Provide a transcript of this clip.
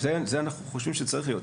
זה אנחנו חושבים שצריך להיות.